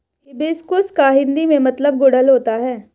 hibiscus का हिंदी में मतलब गुड़हल होता है